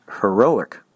heroic